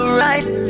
right